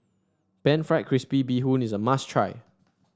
pan fried crispy Bee Hoon is a must try